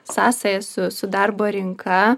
sąsaja su su darbo rinka